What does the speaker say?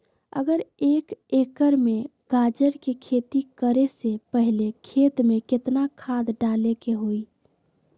अगर एक एकर में गाजर के खेती करे से पहले खेत में केतना खाद्य डाले के होई?